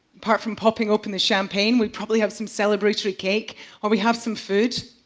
apart from popping open the champagne, we probably have some celebratory cake or we have some food.